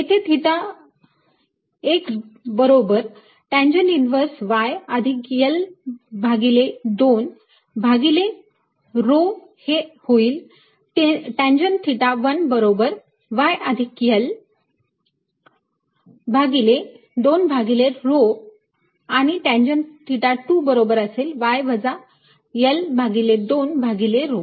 येथे थिटा 1 बरोबर tangent inverse y अधिक L भागिले 2 भागिले rho हे होईल टॅंजंट थिटा 1 बरोबर y अधिक L भागिले 2 भागिले rho आणि टॅंजंट थिटा 2 बरोबर असेल y वजा L भागिले 2 भागिले rho